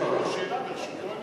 אני יכול לשאול שאלה?